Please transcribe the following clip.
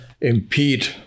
impede